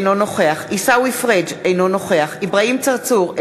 אינו נוכח עיסאווי פריג' אינו נוכח אברהים צרצור,